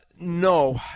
No